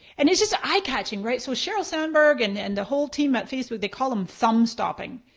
and it's just eye-catching, right? so sherrell soundburg and and the whole team at facebook, they call them thumb-stopping.